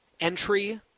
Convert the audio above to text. entry